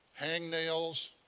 hangnails